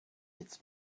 its